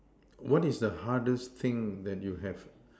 what is the hardest thing that you have